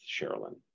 Sherilyn